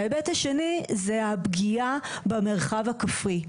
ההיבט השני זה הפגיעה במרחב הכפרי.